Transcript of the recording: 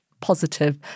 positive